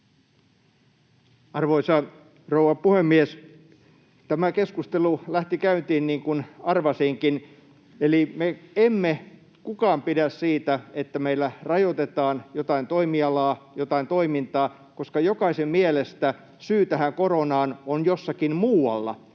Arvoisa rouva puhemies! Tämä keskustelu lähti käyntiin niin kuin arvasinkin, eli me emme kukaan pidä siitä, että meillä rajoitetaan jotain toimialaa, jotain toimintaa, koska jokaisen mielestä syy tähän koronaan on jossakin muualla,